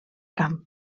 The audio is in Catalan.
camp